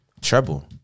Treble